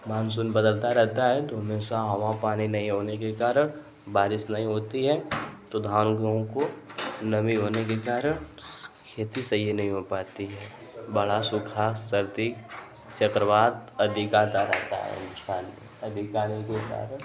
monsoon बदलता रहता है तो हमेशा हवा पानी नहीं होने के कारण बारिश नहीं होती है तो धान उन लोगों को नमी होने के कारण खेती सही नहीं हो पाती बड़ा सूखा सर्दी चक्रवात और अधिक आता है उस टाइम अधिकतर आने के कारण